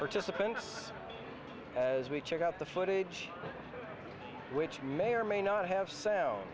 participants as we check out the footage which may or may not have